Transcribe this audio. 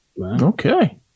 Okay